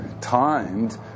timed